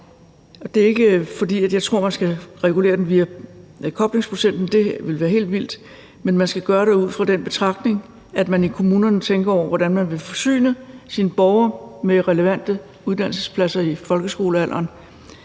Det er ikke, fordi jeg tror, man skal regulere det via koblingsprocenten; det ville være helt vildt. Men man skal gøre det ud fra den betragtning, at man i kommunerne tænker over, hvordan man vil forsyne sine borgere med relevante uddannelsespladser for børn i folkeskolealderen,